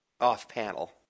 off-panel